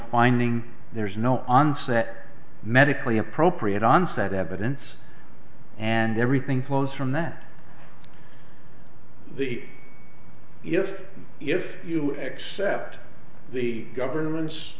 finding there's no onset medically appropriate onset evidence and everything flows from that the if if you accept the government